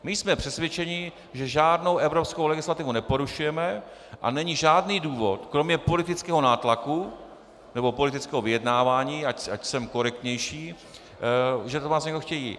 My jsme přesvědčeni, že žádnou evropskou legislativu neporušujeme a není žádný důvod kromě politického nátlaku nebo politického vyjednávání, ať jsem korektnější, že to po nás chtějí.